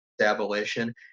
abolition